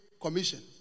commission